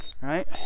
right